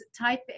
type